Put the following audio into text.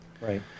Right